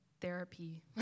therapy